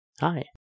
Hi